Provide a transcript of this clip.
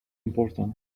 important